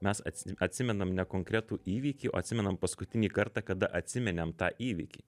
mes ats atsimenam ne konkretų įvykį o atsimenam paskutinį kartą kada atsiminėm tą įvykį